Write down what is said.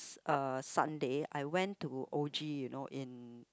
uh Sunday I went to O_G you know in